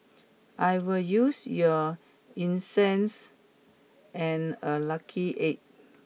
I will use your incense and a lucky egg